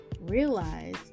realize